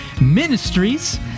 Ministries